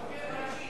אדוני היושב-ראש,